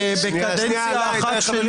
בקדנציה אחת שלי